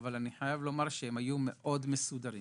והם היו מאוד מסודרים